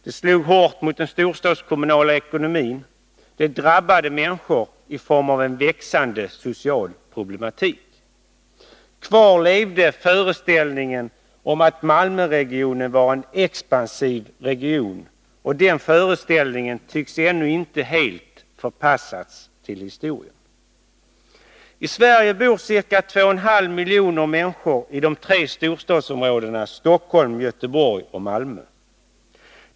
Det slog hårt mot den storstadskommunala ekonomin. Det drabbade människor i form av en växande social problematik. Kvar levde föreställningen om att Malmöregionen var en expansiv region, och den föreställningen tycks ännu inte helt ha förpassats till historien. I Sverige bor ca 2,5 miljoner människor i de tre storstadsområdena Stockholm, Göteborg och Malmö.